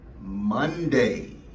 Monday